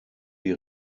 die